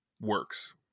works